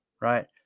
right